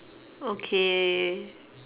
okay